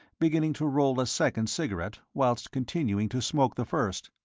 beginning to roll a second cigarette whilst continuing to smoke the first,